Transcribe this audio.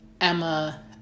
Emma